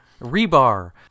Rebar